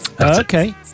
Okay